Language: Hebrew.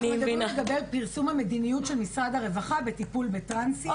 לגבי פרסום המדיניות של משרד הרווחה בטיפול בטרנסיות,